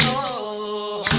o